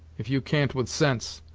if you can't with sense.